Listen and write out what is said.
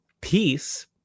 peace